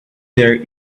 there